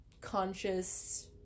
conscious